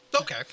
Okay